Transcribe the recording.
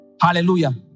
Hallelujah